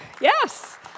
Yes